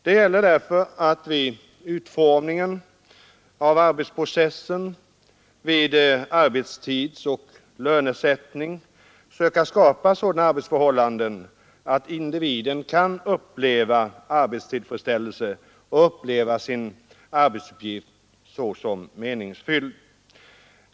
Det gäller därför att vid utformningen av arbetsprocessen samt vid arbetstidsoch lönesättning söka skapa sådana arbetsförhållanden att individen kan känna arbetstillfredsställelse och uppleva sin arbetsuppgift som meningsfylld.